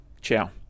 ciao